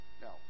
No